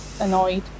annoyed